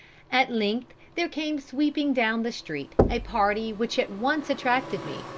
at length there came sweeping down the street a party which at once attracted me,